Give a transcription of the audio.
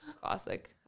Classic